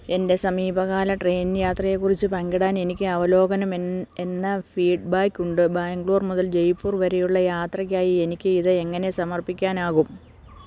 എന്റെ സമീപകാല ട്രെയിൻ യാത്രയെക്കുറിച്ച് പങ്കിടാൻ എനിക്ക് അവലോകനം എന്ന ഫീഡ്ബാക്കുണ്ട് ബാംഗ്ലൂർ മുതൽ ജയ്പ്പൂർ വരെയുള്ള യാത്രയ്ക്കായി എനിക്ക് ഇത് എങ്ങനെ സമർപ്പിക്കാനാകും